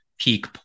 peak